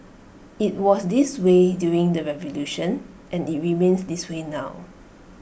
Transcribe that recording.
IT was this way during the revolution and IT remains this way now